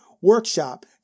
workshop